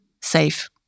safe